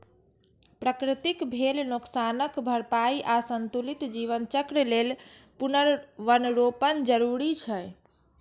प्रकृतिक भेल नोकसानक भरपाइ आ संतुलित जीवन चक्र लेल पुनर्वनरोपण जरूरी छै